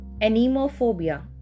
anemophobia